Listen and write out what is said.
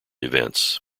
events